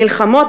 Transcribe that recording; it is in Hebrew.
מלחמות,